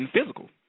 physical